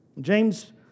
James